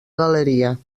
galeria